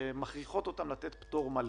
שמכריחות אותן לתת פטור מלא.